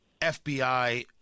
FBI